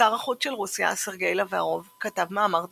שר החוץ של רוסיה, סרגיי לברוב כתב מאמר תגובה,